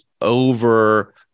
over